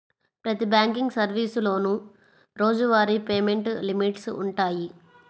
ప్రతి బ్యాంకింగ్ సర్వీసులోనూ రోజువారీ పేమెంట్ లిమిట్స్ వుంటయ్యి